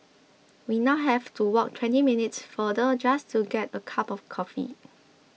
we now have to walk twenty minutes farther just to get a cup of coffee